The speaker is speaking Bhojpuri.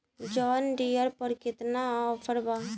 जॉन डियर पर केतना ऑफर बा?